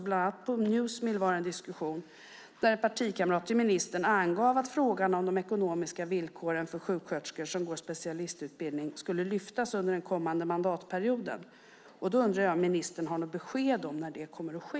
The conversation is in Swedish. Bland annat på Newsmill var det en diskussion där en partikamrat till ministern angav att frågan om de ekonomiska villkoren för sjuksköterskor som går specialistutbildning skulle lyftas fram under den kommande mandatperioden. Då undrar jag om ministern har något besked om när det kommer att ske.